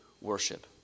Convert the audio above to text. worship